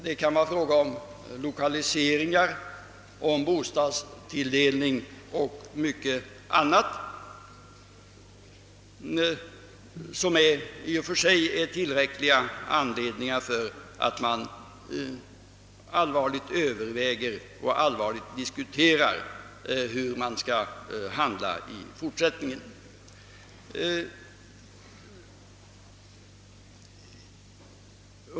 Det kan gälla lokaliseringar, bostadstilldelning och mycket annat, allt i och för sig tillräckliga anledningar för kommunerna att allvarligt överväga och diskutera hur de bör handla i fortsättningen.